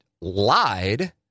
lied